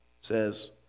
says